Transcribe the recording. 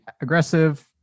aggressive